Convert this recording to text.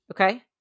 Okay